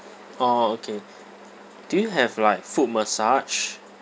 orh okay do you have like foot massage